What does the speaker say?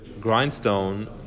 grindstone